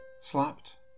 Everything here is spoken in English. Slapped